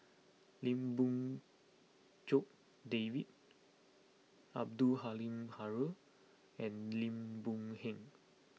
Lim Fong Jock David Abdul Halim Haron and Lim Boon Heng